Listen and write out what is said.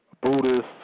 Buddhist